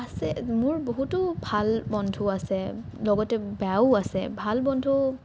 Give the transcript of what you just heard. আছে মোৰ বহুতো ভাল বন্ধু আছে লগতে বেয়াও আছে ভাল বন্ধু